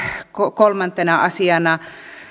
kolmantena asiana